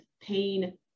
pain